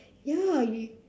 ya you